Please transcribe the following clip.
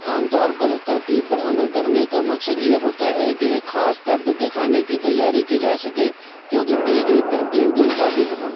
عام طور پر ترکیب پر عمل کرنے کا مقصد یہ ہوتا ہے ایک خاص طرز کے کھانے کی تیاری کی جا سکے جوکہ دی گئی ترکیب کے مطابق ہو